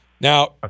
Now